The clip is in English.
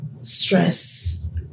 stress